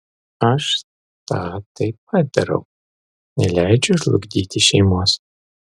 aš tą taip pat darau neleidžiu žlugdyti šeimos